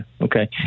Okay